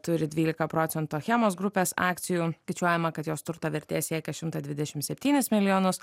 turi dvylika procentų achemos grupės akcijų skaičiuojama kad jos turto vertė siekia šimtą dvidešimt septynis milijonus